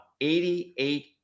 88%